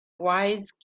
wise